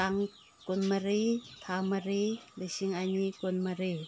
ꯇꯥꯡ ꯀꯨꯟꯃꯔꯤ ꯊꯥ ꯃꯔꯤ ꯂꯤꯁꯤꯡ ꯑꯅꯤ ꯀꯨꯟ ꯃꯔꯤ